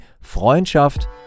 Freundschaft